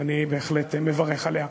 ואני בהחלט מברך עליה.